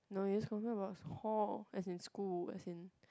no is talking about hall as in school as in